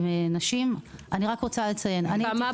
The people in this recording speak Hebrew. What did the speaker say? << יור >> פנינה תמנו (יו"ר הוועדה לקידום מעמד האישה